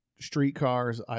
streetcars